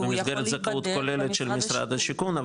במסגרת זכאות כוללת של משרד השיכון,